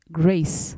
grace